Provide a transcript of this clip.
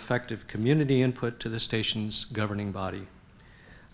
effective community input to the stations governing body